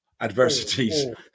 adversities